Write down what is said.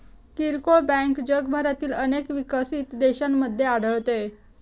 किरकोळ बँक जगभरातील अनेक विकसित देशांमध्ये आढळते